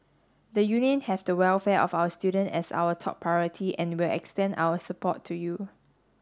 the union have the welfare of our student as our top priority and will extend our support to you